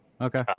Okay